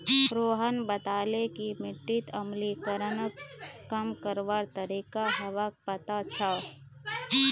रोहन बताले कि मिट्टीत अम्लीकरणक कम करवार तरीका व्हाक पता छअ